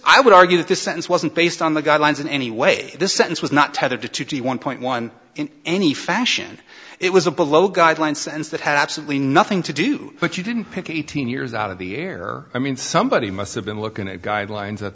i would argue that the sentence wasn't based on the guidelines and anyway this sentence was not tethered to two d one point one in any fashion it was a below guidelines and it had absolutely nothing to do but you didn't pick eighteen years out of the air i mean somebody must have been looking at guidelines at